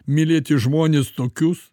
mylėti žmones tokius